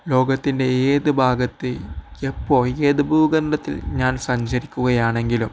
ലോകത്തിൻ്റെ ഏത് ഭാഗത്ത് എപ്പോള് ഏത് ഭൂഖണ്ഡത്തിൽ ഞാൻ സഞ്ചരിക്കുകയാണെങ്കിലും